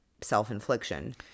self-infliction